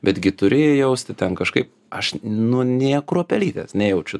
betgi turi jausti ten kažkaip aš nu nė kruopelytės nejaučiu